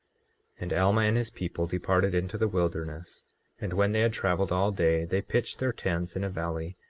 and alma and his people departed into the wilderness and when they had traveled all day they pitched their tents in a valley,